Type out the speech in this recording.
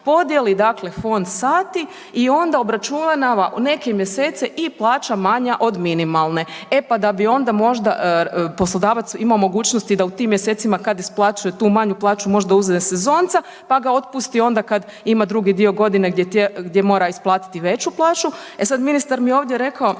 podijeli dakle fond sati i onda obračunava u neke mjesece i plaća manja od minimalne. E pa da bi onda možda poslodavac imao mogućnosti da u tim mjesecima kad isplaćuje tu manju plaću možda uzeo sezonca, pa ga otpusti onda kad ima drugi dio godine gdje mora isplatiti veću plaću. E sad ministar mi je ovdje rekao